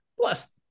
plus